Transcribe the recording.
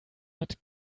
hat